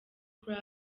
club